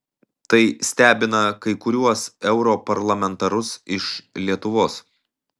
tai stebina kai kuriuos europarlamentarus iš lietuvos